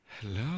hello